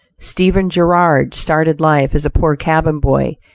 stephen girard started life as a poor cabin boy,